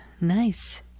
Nice